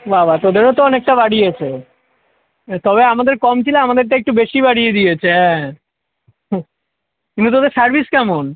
বাবা তোদেরও তো অনেকটা বাড়িয়েছে তবে আমাদের কম ছিলো আমাদেরটা একটু বেশি বাড়িয়ে দিয়েছে হ্যাঁ হুঃ কিন্তু তোদের সার্ভিস কেমন